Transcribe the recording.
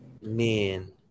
men